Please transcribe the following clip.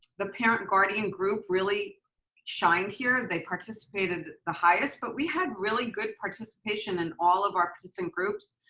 the parent guardian group really shined here. they participated the highest, but we had really good participation in all of our participant groups.